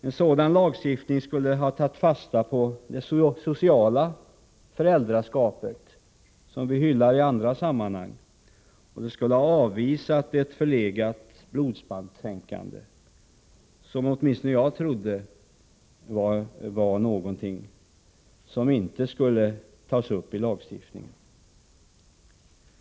En sådan lagstiftning skulle ha tagit fasta på det sociala föräldraskapet, som vi hyllar i andra sammanhang, och det skulle ha avvisat ett förlegat blodsbandstänkande, vilket åtminstone jag trodde var något som inte skulle tas upp i lagstiftningen.